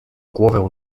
głowę